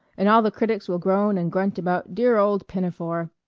and all the critics will groan and grunt about dear old pinafore.